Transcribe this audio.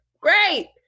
great